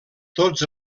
tots